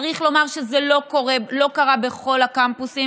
צריך לומר שזה לא קרה בכל הקמפוסים.